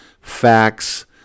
facts